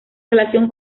relación